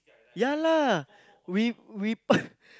ya lah we we